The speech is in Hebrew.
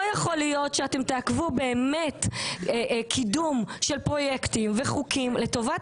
יכול להיות שאתם תעכבו קידום של פרויקטים וחוקים שהם לטובת